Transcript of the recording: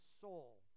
soul